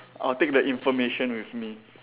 I'll take that information with me